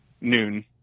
noon